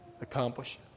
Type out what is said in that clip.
accomplish